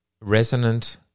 Resonant